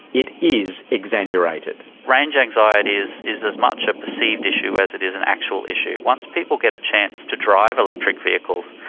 it is exaggerated. range anxiety is is as much a perceived issue as it is an actual issue. once people get a chance to drive electric vehicles,